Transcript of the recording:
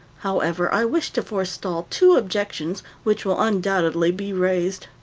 however, i wish to forestall two objections which will undoubtedly be raised.